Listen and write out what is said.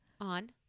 On